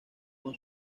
con